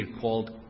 called